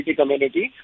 community